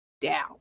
down